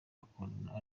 bakundana